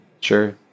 Sure